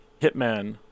Hitman